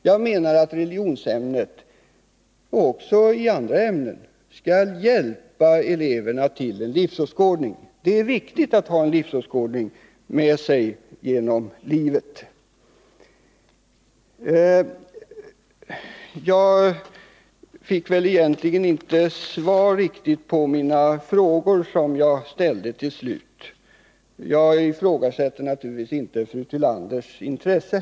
Jag menar att religionsämnet, liksom också andra ämnen, skall hjälpa eleverna till en livsåskådning. Det är viktigt att ha en livsåskådning med sig genom livet. att stärka religions att stärka religionsundervisningen i skolan Jag fick väl egentligen inte svar på de frågor som jag till slut ställde. Naturligtvis ifrågasätter jag inte fru Tillanders intresse.